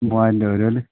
മൂവായിരം രൂപ വരും അല്ലേ